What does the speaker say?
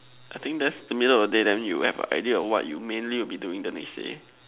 I think that's the middle of the day then you will have a idea of what you mainly will be doing the next day